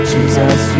Jesus